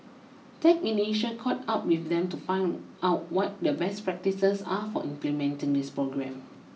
tech in Asia caught up with them to find out what the best practices are for implementing this program